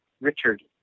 Richard